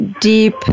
deep